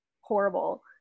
horrible